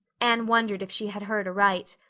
anne wondered if she had heard aright.